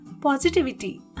positivity